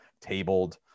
tabled